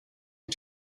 and